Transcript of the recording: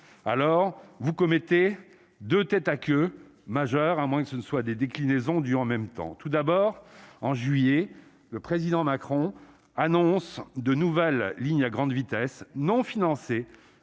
alors, vous commettez de têtes à queue majeur, à moins que ce ne soit des déclinaisons du en même temps tout d'abord, en juillet, le président Macron annonce de nouvelles lignes à grande vitesse non financées